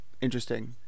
interesting